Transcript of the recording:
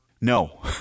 No